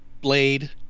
blade